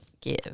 give